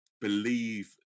believe